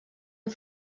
amb